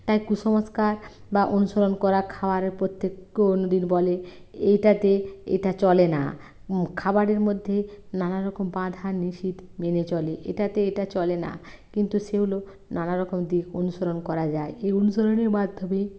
তাই কুসংস্কার বা অনুসরণ করা খাওয়ারের প্রত্যেক কোন দিন বলে এইটাতে এটা চলে না খাবারের মধ্যে নানান রকম বাধা নিষেধ মেনে চলে এটাতে এটা চলে না কিন্তু সেগুলো নানা রকম দিক অনুসরণ করা যায় এই অনুসরণের মাধ্যমে